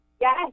Yes